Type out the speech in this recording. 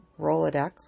Rolodex